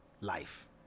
Life